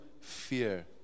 fear